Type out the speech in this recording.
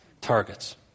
targets